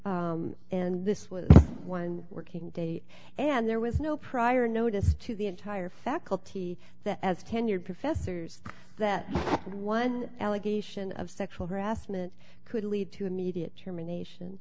and this was one working day and there was no prior notice to the entire faculty that as tenured professors that one allegation of sexual harassment could lead to immediate termination